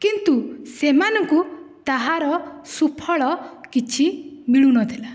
କିନ୍ତୁ ସେମାନଙ୍କୁ ତାହାର ସୁଫଳ କିଛି ମିଳୁନଥିଲା